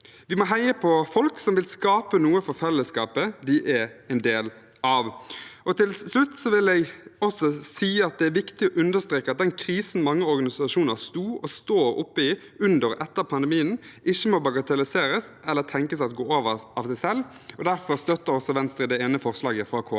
Vi må heie på folk som vil skape noe for fellesskapet de er en del av. Til slutt vil jeg også si at det er viktig å understreke at man når det gjelder den krisen mange organisasjoner sto og står oppe i under og etter pandemien, ikke må bagatellisere eller tenke at den går over av seg selv. Derfor støtter Venstre det ene forslaget i